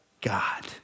God